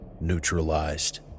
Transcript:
Neutralized